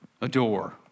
adore